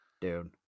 dude